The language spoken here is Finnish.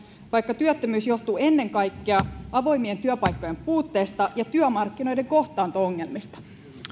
vaikka työttömyys johtuu ennen kaikkea avoimien työpaikkojen puutteesta ja työmarkkinoiden kohtaanto ongelmista